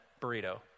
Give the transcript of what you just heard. burrito